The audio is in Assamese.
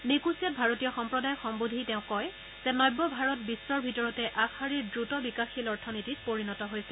নিকোছিয়াত ভাৰতীয় সম্প্ৰদায়ক সম্বোধি তেওঁ কয় যে নব্য ভাৰত বিশ্বৰ ভিতৰতে আগশাৰীৰ দ্ৰুত বিকাশশীল অৰ্থনীতিত পৰিণত হৈছে